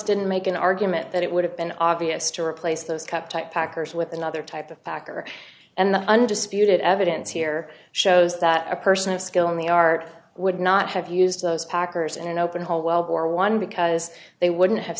plus didn't make an argument that it would have been obvious to replace those cup tie packers with another type of packer and the undisputed evidence here shows that a person of skill in the art would not have used those packers in an open hole wellbore one because they wouldn't have